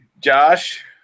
Josh